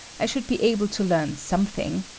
i should be able to learn something.